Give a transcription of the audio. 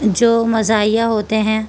جو مزاحیہ ہوتے ہیں